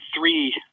three